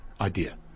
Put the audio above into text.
idea